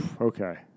Okay